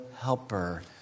Helper